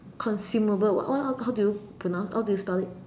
consumable what how how do you pronounce how do you spell it